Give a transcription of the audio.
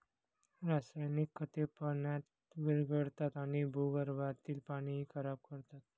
रासायनिक खते पाण्यात विरघळतात आणि भूगर्भातील पाणीही खराब करतात